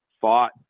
fought